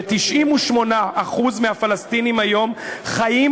ו-98% מהפלסטינים היום חיים,